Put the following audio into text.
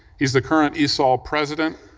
he's the current esol president,